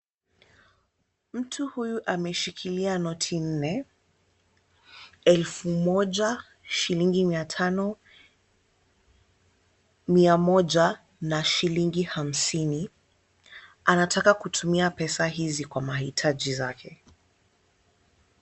Mtu huyu ameshikilia noti nne elfu moja, shillingi mia tano, mia moja na shillingi hamsini. Anataka kutumia pesa hizi kwa mahitaji zake.